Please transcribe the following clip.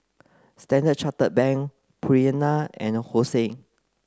Standard Chartered Bank Purina and Hosen